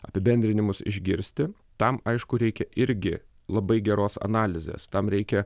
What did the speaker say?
apibendrinimus išgirsti tam aišku reikia irgi labai geros analizės tam reikia